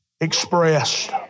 expressed